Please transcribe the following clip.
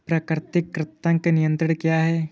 प्राकृतिक कृंतक नियंत्रण क्या है?